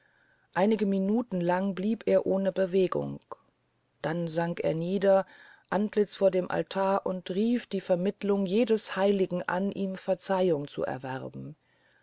einige minuten lang blieb er ohne bewegung dann sank er nieder antlitz vor dem altar und rief die vermittelung jedes heiligen an ihm verzeihung zu erwerben